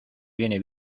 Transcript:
viene